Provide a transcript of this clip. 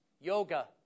Yoga